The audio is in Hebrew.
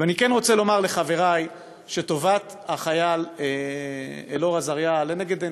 אני כן רוצה לומר לחברי שטובת החייל אלאור אזריה לנגד עיניהם: